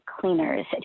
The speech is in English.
cleaners